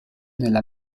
nella